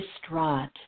distraught